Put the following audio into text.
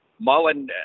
Mullen